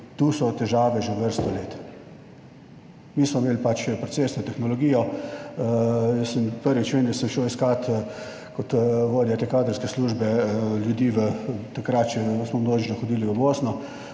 tu so težave že vrsto let. Mi smo imeli pač procesno tehnologijo. Jaz sem prvič, vem da sem šel iskat kot vodja te kadrovske službe ljudi v takrat še smo množično hodili v Bosno,